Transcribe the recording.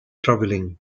traveling